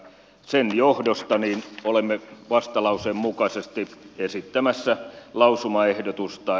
sen johdosta olemme vastalauseen mukaisesti esittämässä lausumaehdotusta